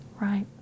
Right